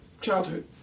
childhood